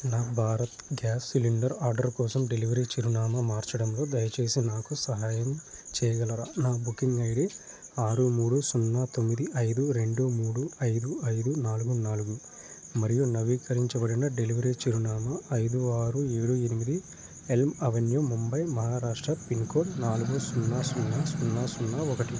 నా Bharat gas cylinder order కోసం delivery చిరునామా మార్చడంలో దయచేసి నాకు సహాయంచెయ్యగలరా నా బుకింగ్ ఐడి ఆరు మూడు సున్నా తొమ్మిది ఐదు రెండు మూడు ఐదు ఐదు నాలుగు నాలుగు మరియు నవీకరించబడిన డెలివరీ చిరునామా ఐదు ఆరు ఏడు ఎనిమిది Elm Avenue Mumbai Maharashtra pin code నాలుగు సున్నా సున్నా సున్నా సున్నా ఒకటి